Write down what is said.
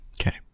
Okay